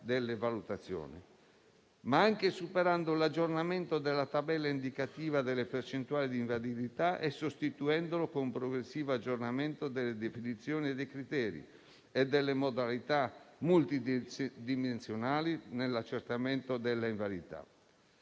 delle valutazioni, ma anche dal superamento dell'aggiornamento della tabella indicativa delle percentuali di invalidità, sostituendolo con un progressivo aggiornamento delle definizioni, dei criteri e delle modalità multidimensionali nell'accertamento dell'invalidità